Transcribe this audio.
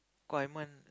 call Iman